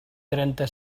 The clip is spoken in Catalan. trenta